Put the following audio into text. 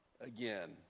again